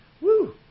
Woo